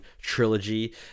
trilogy